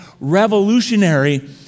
revolutionary